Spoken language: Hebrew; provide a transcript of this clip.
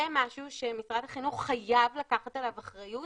זה משהו שמשרד החינוך חייב לקחת עליו אחריות